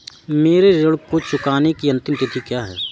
मेरे ऋण को चुकाने की अंतिम तिथि क्या है?